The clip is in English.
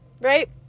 right